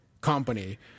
company